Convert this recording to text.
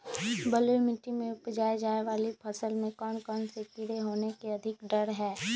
बलुई मिट्टी में उपजाय जाने वाली फसल में कौन कौन से कीड़े होने के अधिक डर हैं?